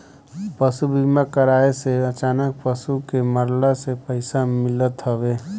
पशु बीमा कराए से अचानक पशु के मरला से पईसा मिलत हवे